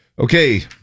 Okay